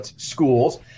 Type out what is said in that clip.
schools